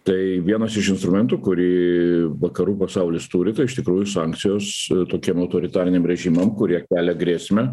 tai vienas iš instrumentų kurį vakarų pasaulis turi tai iš tikrųjų sankcijos tokiem autoritariniam režimam kurie kelia grėsmę